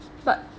but